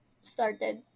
started